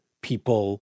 people